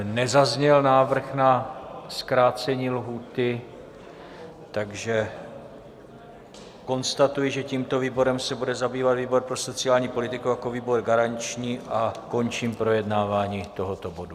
Nezazněl návrh na zkrácení lhůty, takže konstatuji, že tímto návrhem se bude zabývat výbor pro sociální politiku jako výbor garanční, a končím projednávání tohoto bodu.